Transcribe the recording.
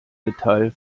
metall